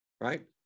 right